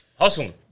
hustling